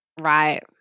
Right